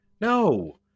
no